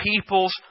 peoples